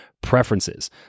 preferences